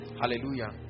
hallelujah